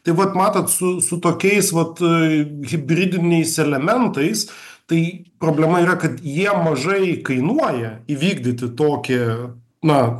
tai vat matot su su tokiais vat hibridiniais elementais tai problema yra kad jie mažai kainuoja įvykdyti toį na